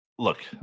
Look